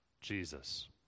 Jesus